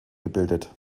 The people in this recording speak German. gebildet